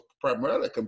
primarily